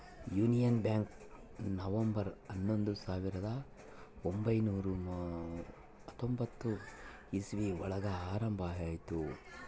union bank November ಹನ್ನೊಂದು ಸಾವಿರದ ಒಂಬೈನುರ ಹತ್ತೊಂಬತ್ತು ಇಸ್ವಿ ಒಳಗ ಆರಂಭ ಆಯ್ತು